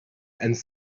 and